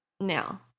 Now